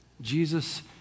Jesus